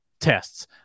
tests